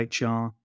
HR